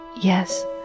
Yes